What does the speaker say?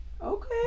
Okay